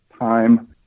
time